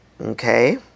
Okay